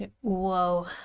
Whoa